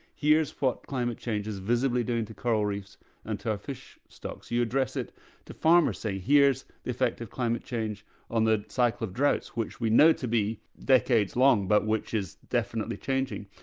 here's what climate change is visibly doing to coral reefs and to our fish stocks. you address it to farmers, you say, here's the effect of climate change on the cycle of droughts which we know to be decades long but which is definitely changing.